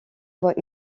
voit